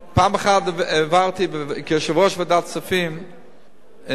פעם אחת העברתי כיושב-ראש ועדת הכספים חוק,